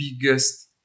biggest